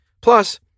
Plus